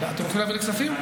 אתם רוצים להעביר לכספים?